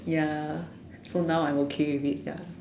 ya so now I'm okay with it ya